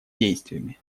действиями